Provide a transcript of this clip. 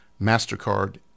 MasterCard